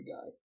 guy